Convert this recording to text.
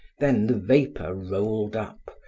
then the vapor rolled up,